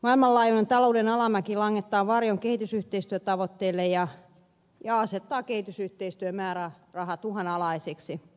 maailmanlaajuinen talouden alamäki langettaa varjon kehitysyhteistyötavoitteelle ja asettaa kehitysyhteistyömäärärahat uhanalaisiksi